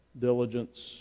diligence